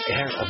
Air